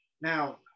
Now